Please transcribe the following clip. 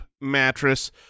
mattress